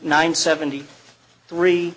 nine seventy three